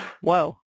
Whoa